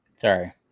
Sorry